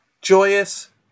joyous